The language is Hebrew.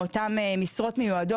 מאותן משרות מיועדות.